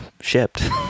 shipped